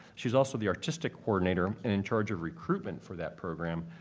she is also the artistic coordinator and in charge of recruitment for that program,